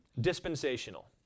dispensational